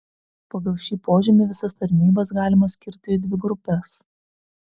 pagal šį požymį visas tarnybas galima skirti į dvi grupes